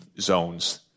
zones